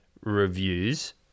reviews